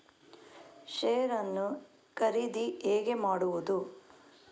Share ನ್ನು ಖರೀದಿ ಹೇಗೆ ಮಾಡುವುದು?